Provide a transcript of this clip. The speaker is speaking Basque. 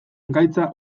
gaitza